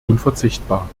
unverzichtbar